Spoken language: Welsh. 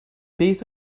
beth